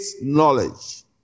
knowledge